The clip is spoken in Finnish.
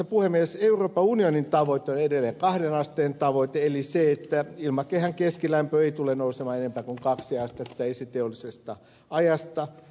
euroopan unionin tavoite on edelleen kahden asteen tavoite eli se että ilmakehän keskilämpö ei tule nousemaan enempää kuin kaksi astetta esiteollisesta ajasta